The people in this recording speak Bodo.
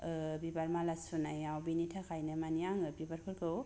ओ बिबार माला सुनायाव बिनि थाखायनो माने आङो बिबारफोरखौ